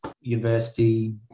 university